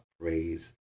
praise